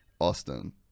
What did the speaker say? austin